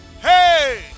Hey